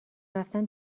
رفتن